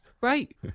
Right